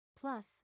Plus